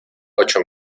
ocho